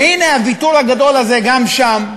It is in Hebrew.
והנה, הוויתור הגדול הזה גם שם,